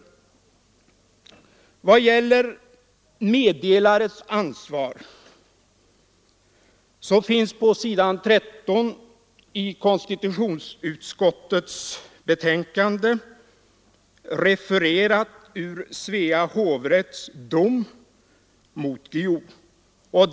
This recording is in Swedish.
I vad gäller meddelares ansvar så finns på s. 13 i konstitutionsutskottets betänkande refererat ur Svea hovrätts dom mot Guillou.